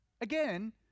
Again